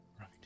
Right